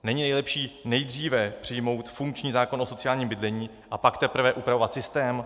Není lepší nejdříve přijmout funkční zákon o sociálním bydlení, a pak teprve upravovat systém?